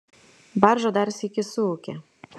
barža dar sykį suūkė